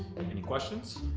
any questions?